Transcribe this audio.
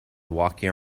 walking